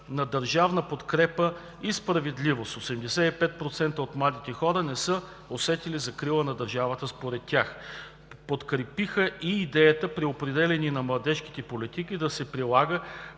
на държавна подкрепа и справедливост – 85% от младите хора не са усетили закрила от държавата, според тях. Подкрепиха и идеята при определяне на младежките политики да се прилага